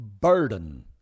burden